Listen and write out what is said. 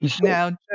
Now